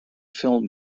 film